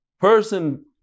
Person